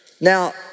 Now